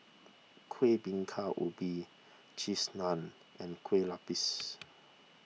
Kuih Bingka Ubi Cheese Naan and Kue Lupis